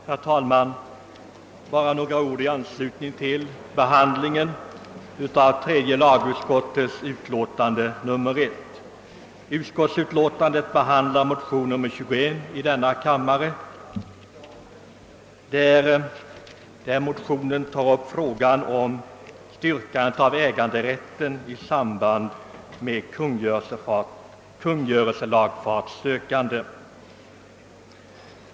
Herr talman! Bara några ord om tredje lagutskottets utlåtande nr 1, där min motion II: 21 behandlas. Jag har i motionen tagit upp frågan om styrkande av äganderätten i samband med kungörelselagfart.